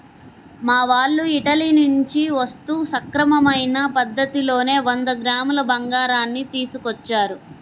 మా వాళ్ళు ఇటలీ నుంచి వస్తూ సక్రమమైన పద్ధతిలోనే వంద గ్రాముల బంగారాన్ని తీసుకొచ్చారు